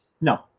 No